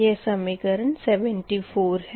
यह समीकरण 74 है